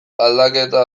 aldaketa